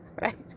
right